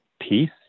peace